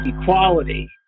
equality